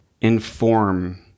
inform